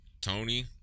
Tony